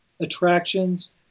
attractions